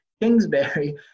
Kingsbury